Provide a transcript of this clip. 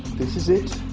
this is it.